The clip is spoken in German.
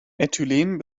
äthylen